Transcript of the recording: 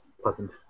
pleasant